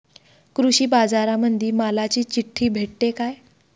कृषीबाजारामंदी मालाची चिट्ठी भेटते काय?